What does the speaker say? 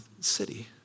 city